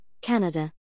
Canada